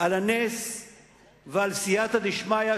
על הנס ועל סייעתא דשמיא,